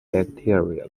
bacteria